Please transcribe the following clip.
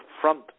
front